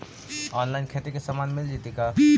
Online खेती के सामान मिल जैतै का?